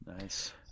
Nice